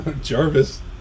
Jarvis